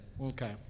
Okay